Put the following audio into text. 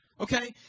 Okay